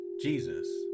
Jesus